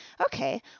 Okay